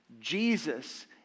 Jesus